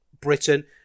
Britain